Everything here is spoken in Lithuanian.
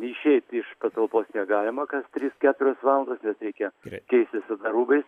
išeiti iš patalpos negalima kas tris keturias valandas nes reikia keistis tada rūbais